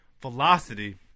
velocity